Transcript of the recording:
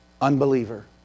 Unbeliever